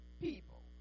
people